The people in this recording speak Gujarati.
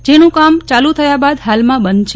જેનું કામ ચાલુ થયા બાદ હાલમાં બંધ છે